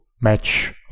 match